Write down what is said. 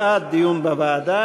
בעד, דיון בוועדה,